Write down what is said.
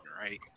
right